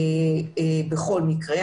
בכל מקרה,